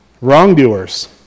Wrongdoers